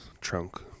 trunk